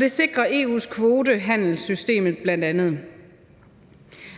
Det sikrer EU's kvotehandelssystem bl.a.